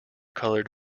colored